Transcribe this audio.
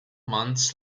months